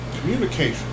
Communication